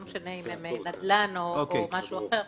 לא משנה אם זה נדל"ן או משהו אחר,